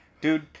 Dude